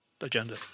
agenda